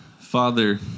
Father